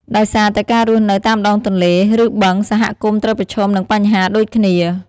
ដោយសារតែការរស់នៅនៅតាមដងទន្លេ ឬបឹង សហគមន៍ត្រូវប្រឈមនឹងបញ្ហាដូចគ្នា។